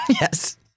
Yes